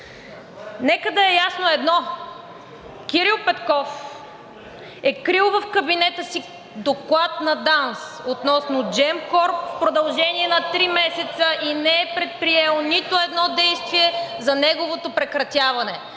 Нека да е ясно едно – Кирил Петков е крил в кабинета си доклад на ДАНС относно Gemcorp в продължение на три месеца (реплики от ГЕРБ СДС) и не е предприел нито едно действие за неговото прекратяване.